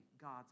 God's